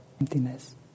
emptiness